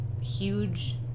huge